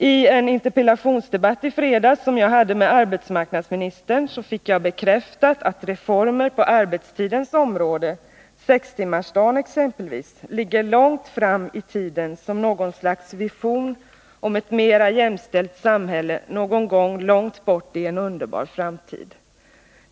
I en interpellationsdebatt som jag hade med arbetsmarknadsministern i fredags fick jag bekräftat att reformer på arbetstidens område — exempelvis sextimmarsdagen — ligger långt framme i tiden som något slags vision om ett mera jämställt samhälle någon gång i en underbar : framtid.